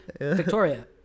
Victoria